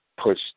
push